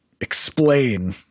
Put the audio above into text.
explain –